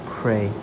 pray